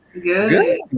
Good